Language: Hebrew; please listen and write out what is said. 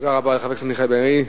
תודה רבה לחבר הכנסת מיכאל בן-ארי.